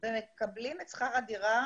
הוא נמוך ולא נותן להם מענה.